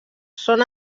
són